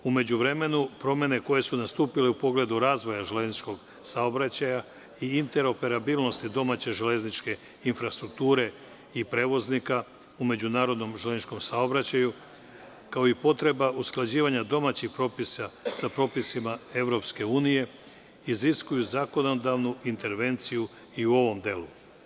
U međuvremenu, promene koje su nastupile u pogledu razvoja železničkog saobraćaja i interoperabilnosti domaće železničke infrastrukture i prevoznika u međunarodnom železničkom saobraćaju, kao i potreba usklađivanja domaćih propisa sa propisima EU, iziskuju zakonodavnu intervenciju i u ovom delu.